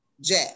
Jack